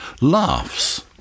laughs